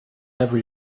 never